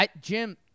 Jim